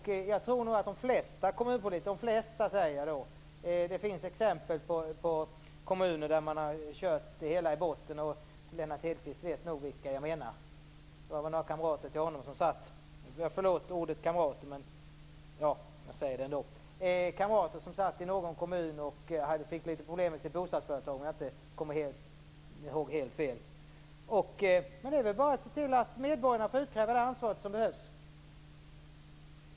Det finns exempel på kommuner där man har kört det hela i botten. Lennart Hedquist vet nog vilka jag menar. Det var väl några kamrater till honom - förlåt ordet kamrater, men jag säger det ändå - som satt i någon kommun och fick litet problem med sitt bostadsföretag, om jag inte minns helt fel. Men då är det väl bara att se till att medborgarna får utkräva det ansvar som behövs.